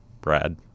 brad